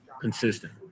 consistent